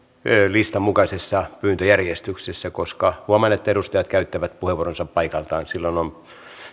listan mukaisessa pyyntöjärjestyksessä koska huomaan että edustajat käyttävät puheenvuoronsa paikaltaan silloin on